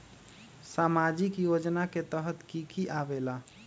समाजिक योजना के तहद कि की आवे ला?